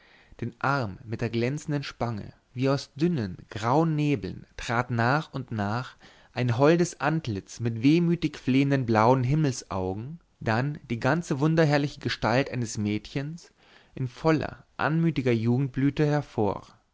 den arm mit der glänzenden spange wie aus dünnen grauen nebeln trat nach und nach ein holdes antlitz mit wehmütig flehenden blauen himmelsaugen dann die ganze wunderherrliche gestalt eines mädchens in voller anmutiger jugendblüte hervor